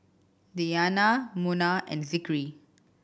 Diyana Munah and Zikri